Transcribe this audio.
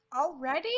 Already